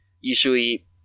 usually